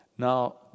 Now